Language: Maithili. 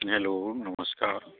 हेलो नमस्कार